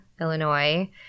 Illinois